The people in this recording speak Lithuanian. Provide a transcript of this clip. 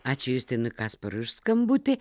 ačiū justinui kasparui už skambutį